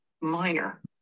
minor